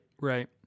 right